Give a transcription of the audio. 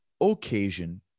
occasion